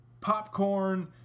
popcorn